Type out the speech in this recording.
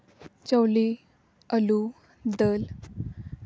ᱪᱟᱹᱣᱞᱤ ᱟᱹᱞᱩ ᱫᱟᱹᱞ